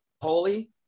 Holy